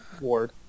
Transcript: Ward